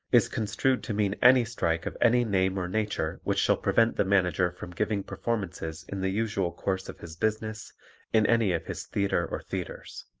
is construed to mean any strike of any name or nature which shall prevent the manager from giving performances in the usual course of his business in any of his theatre or theatres.